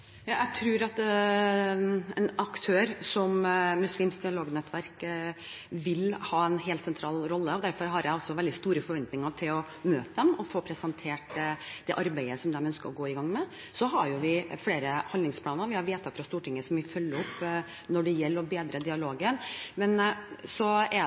Jeg tror at en aktør som Muslimsk Dialognettverk Norge vil ha en helt sentral rolle, derfor har jeg veldig store forventninger til å møte dem og få presentert det arbeidet som de ønsker å gå i gang med. Vi har også flere handlingsplaner, og vi har vedtak fra Stortinget som vi følger opp, når det gjelder å bedre dialogen. Men i tillegg til stortingsvedtak og det